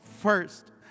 first